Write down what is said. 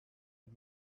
and